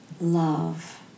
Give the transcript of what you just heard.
love